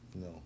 No